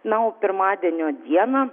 na o pirmadienio dieną